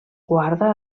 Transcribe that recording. guarda